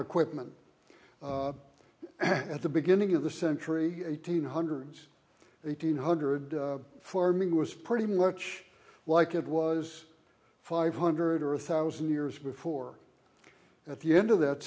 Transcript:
equipment and at the beginning of the century eighteen hundred eighteen hundred farming was pretty much like it was five hundred or a thousand years before at the end of that